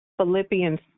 Philippians